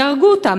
אז יהרגו אותם,